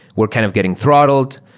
we're kind of getting throttled.